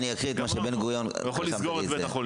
אקריא את מה שבן גוריון כתב לגבי זה.